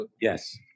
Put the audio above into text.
Yes